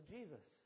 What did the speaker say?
Jesus